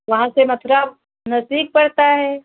वहाँ से मथुरा नज़दीक पड़ता है